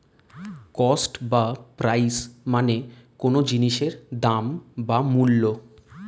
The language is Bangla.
কস্ট বা প্রাইস মানে কোনো জিনিসের দাম বা মূল্য